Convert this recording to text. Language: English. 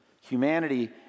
Humanity